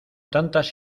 tantas